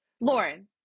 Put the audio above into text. Lauren